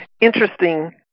Interesting